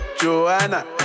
Joanna